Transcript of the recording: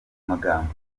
magambo